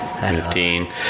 fifteen